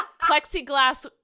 plexiglass